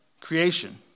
creation